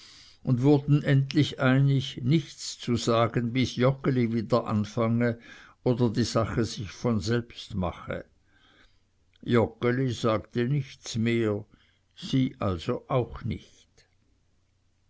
und wurden endlich einig nichts zu sagen bis joggeli wieder anfange oder die sache sich von selbst mache joggeli sagte nichts mehr sie also auch nichts